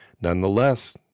Nonetheless